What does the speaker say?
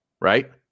right